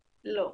לא,